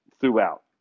throughout